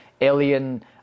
alien